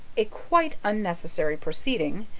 a quite unnecessary proceeding,